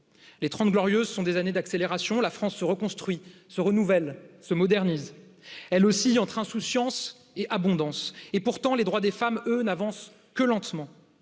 Les 30 glorieuses sont des années d'accélération. la france se reconstruit se renouvelle se modernise elle oscille entre insouciance et abondance et pourtant les droits des femmes eux n'avancent que lentement